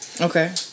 okay